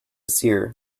seer